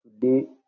today